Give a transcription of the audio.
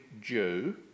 Jew